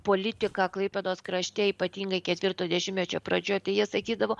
politiką klaipėdos krašte ypatingai ketvirto dešimtmečio pradžioj jie sakydavo